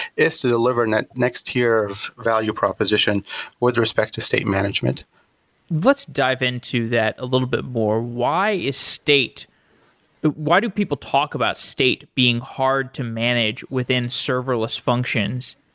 is to deliver next next tier of value proposition with respect to state management let's dive in to that a little bit more. why is state why do people talk about state being hard to manage within serverless functions?